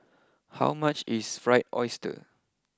how much is Fried Oyster